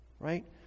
Right